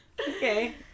Okay